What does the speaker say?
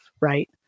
right